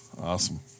Awesome